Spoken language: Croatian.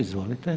Izvolite.